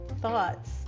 thoughts